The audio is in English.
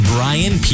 Brian